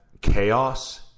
chaos